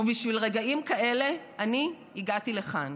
ובשביל רגעים כאלה אני הגעתי לכאן,